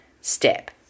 step